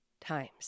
times